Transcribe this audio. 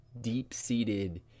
Deep-seated